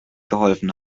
geholfen